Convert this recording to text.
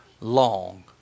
long